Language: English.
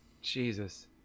Jesus